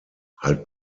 halt